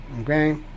Okay